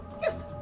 Yes